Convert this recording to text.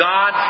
God